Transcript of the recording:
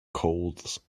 colds